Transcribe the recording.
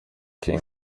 king